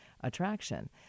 attraction